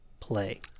Play